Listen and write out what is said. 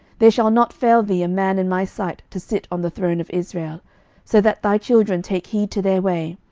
there shall not fail thee a man in my sight to sit on the throne of israel so that thy children take heed to their way,